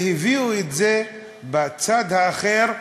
והביאו את זה בצד האחר,